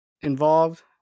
involved